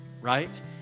right